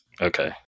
Okay